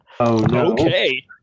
Okay